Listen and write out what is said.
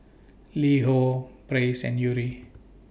Li Ho Praise and Yuri